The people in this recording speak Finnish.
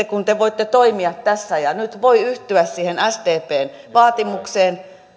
kun te voitte toimia tässä ja nyt miksi te ette voi yhtyä siihen sdpn vaatimukseen